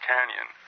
Canyon